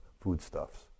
foodstuffs